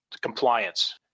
compliance